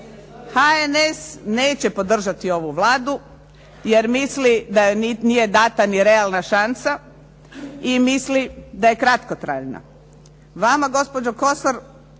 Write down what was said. HNS neće podržati ovu Vladu jer misli da joj nije dana ni realna šansa i misli da je kratkotrajna. Vama gospođo Kosor